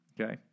okay